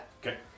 Okay